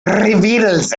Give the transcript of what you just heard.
reveals